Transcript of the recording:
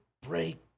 break